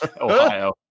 ohio